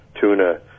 tuna